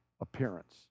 appearance